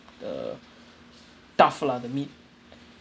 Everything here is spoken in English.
uh tough lah the meat